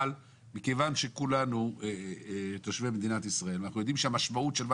אבל מכיוון שכולנו תושבי מדינת ישראל ואנחנו יודעים שהמשמעות של מה